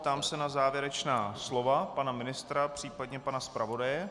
Ptám se na závěrečná slova pana ministra, případně pana zpravodaje.